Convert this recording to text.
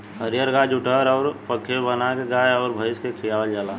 हरिअर घास जुठहर अउर पखेव बाना के गाय अउर भइस के खियावल जाला